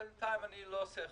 בינתיים אני לא עושה חוכמות.